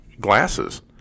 glasses